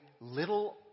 little